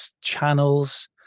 channels